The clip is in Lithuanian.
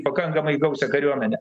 pakankamai gausią kariuomenę